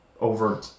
over